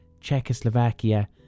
...Czechoslovakia